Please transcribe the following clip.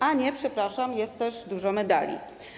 A nie, przepraszam - jest też dużo medali.